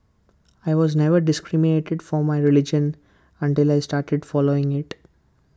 I was never discriminated for my religion until I started following IT